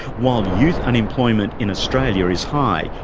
while youth and employment in australia is high,